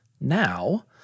Now